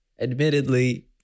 Admittedly